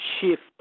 shift